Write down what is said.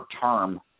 term